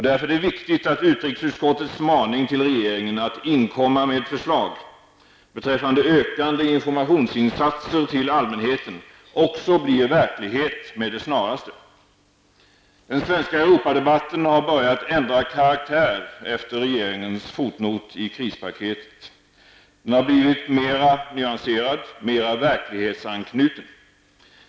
Därför är det viktigt att utrikesutskottets maning till regeringen att ''inkomma med förslag'' beträffande ökade informationsinsatser till allmänheten verkligen också hörsammas med det snaraste. Den svenska Europadebatten har börjat ändra karaktär efter regeringens fotnot i krispaketet. Den har blivit mer nyanserad, mer verklighetsanknuten.